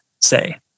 say